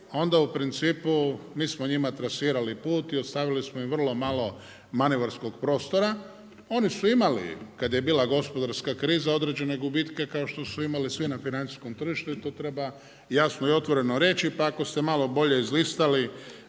onda u principu mi smo njima trasirali put i ostavili smo im vrlo malo manevarskog prostora. Oni su imali kada je bila gospodarska kriza određene gubitke kao što su imali svi na financijskom tržištu i to treba jasno i otvoreno reći pa ako ste malo bolje izlistali